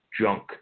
junk